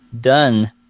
done